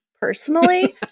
personally